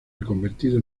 reconvertido